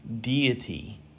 deity